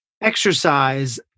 Exercise